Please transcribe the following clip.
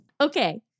Okay